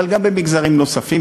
אבל גם במגזרים נוספים.